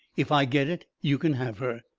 if i get it, you can have her.